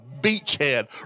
beachhead